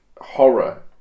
horror